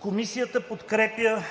Комисията подкрепя